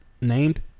named